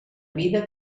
vida